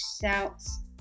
shouts